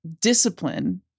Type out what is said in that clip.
discipline